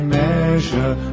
measure